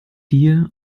dir